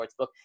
Sportsbook